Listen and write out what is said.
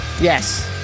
Yes